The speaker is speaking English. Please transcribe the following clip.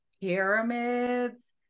pyramids